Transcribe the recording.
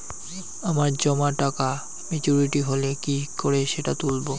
আমার জমা টাকা মেচুউরিটি হলে কি করে সেটা তুলব?